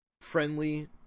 friendly